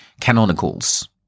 canonicals